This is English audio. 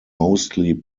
mostly